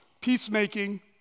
peacemaking